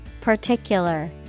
Particular